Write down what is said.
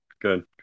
good